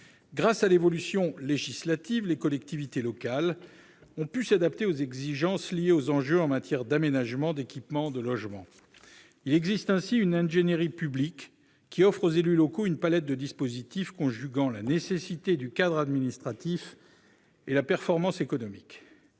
Grâce à l'évolution législative, les collectivités locales ont pu s'adapter aux exigences liées aux enjeux en matière d'aménagement, d'équipements et de logements. Il existe ainsi une ingénierie publique qui offre aux élus locaux une palette de dispositifs conjuguant la nécessité du cadre administratif et la performance économique.